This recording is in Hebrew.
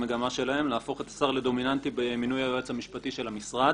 להפוך את השר לדומיננטי במינוי היועץ המשפטי של המשרד.